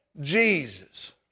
Jesus